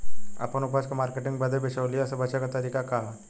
आपन उपज क मार्केटिंग बदे बिचौलियों से बचे क तरीका का ह?